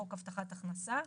חוק הבטחת הכנסה),